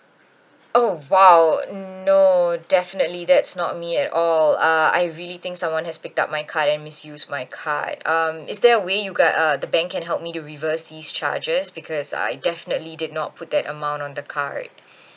oh !wow! no definitely that's not me at all uh I really think someone has picked up my card and misused my card um is there a way you guy uh the bank can help me to reverse this charges because I definitely did not put that amount on the card